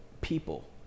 people